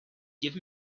give